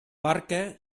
barca